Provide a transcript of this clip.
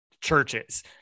churches